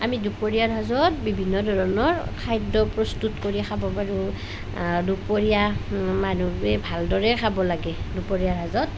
আমি দুপৰীয়াৰ সাজত বিভিন্ন ধৰণৰ খাদ্য প্ৰস্তুত কৰি খাব পাৰোঁ দুপৰীয়া মানুহবোৰে ভালদৰে খাব লাগে দুপৰীয়াৰ সাজত